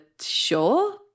sure